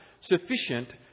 sufficient